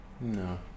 No